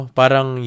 parang